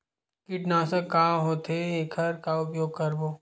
कीटनाशक का होथे एखर का उपयोग करबो?